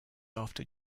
after